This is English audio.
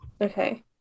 okay